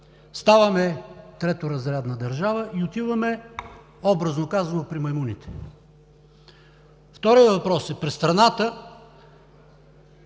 ставаме треторазрядна държава и отиваме, образно казано, при маймуните. Вторият въпрос. Не е толкова